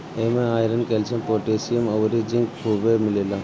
इमे iron, calcium, potassium अउरी zinc खुबे मिलेला